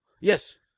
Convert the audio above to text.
Yes